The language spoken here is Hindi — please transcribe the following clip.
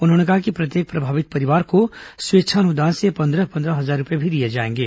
उन्होंने कहा कि प्रत्येक प्रभावित परिवार को स्वेच्छानुदान से पन्द्रह पन्द्रह हजार रूपए भी दिए जाएंगे